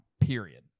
period